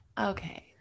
okay